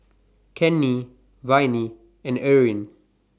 Cannie Viney and Eryn